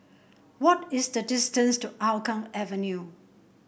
what is the distance to Hougang Avenue